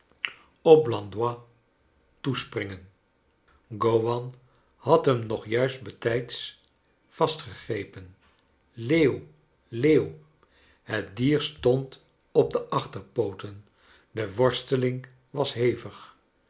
op blandois toespringen gowan had hem nog juist bijtijds vastgegrepen leeuw leeuw het dier stond op de achterpooten de worsteling was hevig